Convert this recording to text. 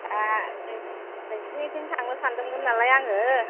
दा नोंसिनिथिं थांनो सानदोंमोन नालाय आं